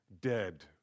dead